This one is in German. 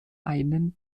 einen